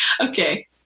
Okay